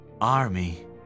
army